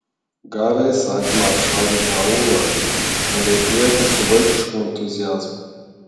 gavę įsakymą apšaudyti aūlą kariai pliekia su vaikišku entuziazmu